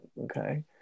okay